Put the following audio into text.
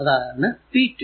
അതാണ് p 2